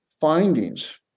findings